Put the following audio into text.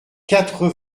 quatre